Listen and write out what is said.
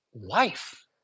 life